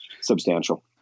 substantial